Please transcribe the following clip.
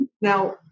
Now